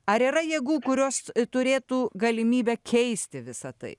ar yra jėgų kurios turėtų galimybę keisti visa tai